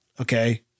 Okay